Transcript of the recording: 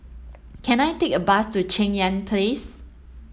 can I take a bus to Cheng Yan Place